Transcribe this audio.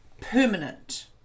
permanent